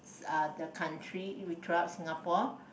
is uh the country it we throughout Singapore